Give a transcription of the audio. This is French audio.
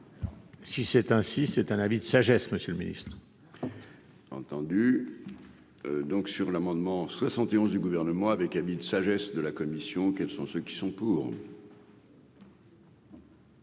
Si c'est un si c'est un avis de sagesse, Monsieur le Ministre. Entendu donc sur l'amendement 71 du gouvernement avec sagesse de la commission, quels sont ceux qui sont pour.